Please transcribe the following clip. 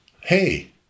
hey